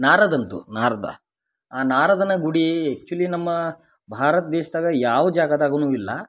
ನಾರದಂತು ನಾರದ ಆ ನಾರದನ ಗುಡಿ ಎಚ್ಚುಲಿ ನಮ್ಮ ಭಾರತ ದೇಶ್ದಾಗ ಯಾವ ಜಾಗ್ದಾಗನು ಇಲ್ಲ